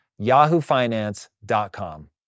yahoofinance.com